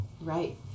Right